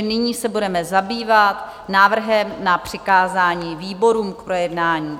Nyní se budeme zabývat návrhem na přikázání výborům k projednání.